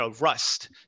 rust